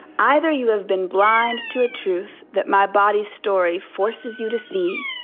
either you have been blind to a truth that my body's story forces you to see,